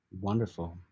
Wonderful